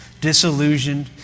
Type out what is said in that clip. disillusioned